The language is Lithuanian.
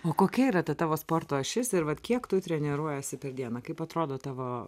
o kokia yra ta tavo sporto ašis ir vat kiek tu treniruojiesi per dieną kaip atrodo tavo